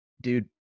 dude